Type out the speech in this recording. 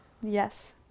Yes